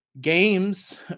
games